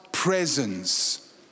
Presence